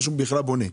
שבכלל בונים,